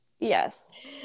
Yes